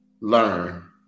learn